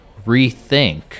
rethink